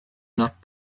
not